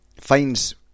finds